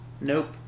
Nope